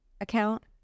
account